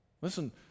Listen